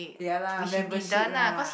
ya lah membership lah